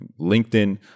LinkedIn